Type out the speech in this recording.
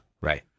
Right